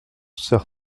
soeur